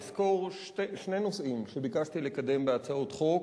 אסקור שני נושאים שביקשתי לקדם בהצעות חוק,